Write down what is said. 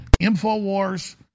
InfoWars